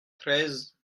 treize